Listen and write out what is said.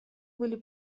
были